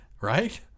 right